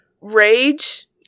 Rage